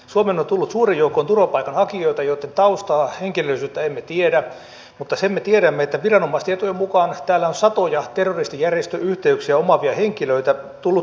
suomeen on tullut suuri joukko turvapaikanhakijoita joitten taustaa ja henkilöllisyyttä emme tiedä mutta sen me tiedämme että viranomaistietojen mukaan tänne on tullut satoja terroristijärjestöyhteyksiä omaavia henkilöitä turvapaikanhakijoiden joukossa